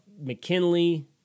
McKinley